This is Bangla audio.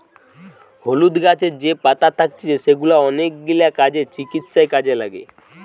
হলুদ গাছের যে পাতা থাকতিছে সেগুলা অনেকগিলা কাজে, চিকিৎসায় কাজে লাগে